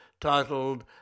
titled